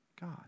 God